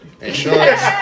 insurance